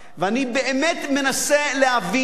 ואני באמת מנסה להבין,